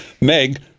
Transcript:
Meg